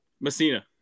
Messina